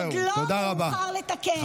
אז אני אומרת ואני מסיימת: עוד לא מאוחר לתקן,